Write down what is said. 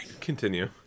Continue